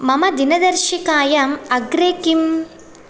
मम दिनदर्शिकायाम् अग्रे किम्